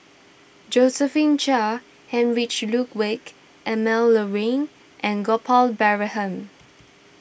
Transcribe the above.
Josephine Chia Heinrich Ludwig Emil Luering and Gopal Baratham